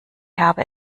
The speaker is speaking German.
habe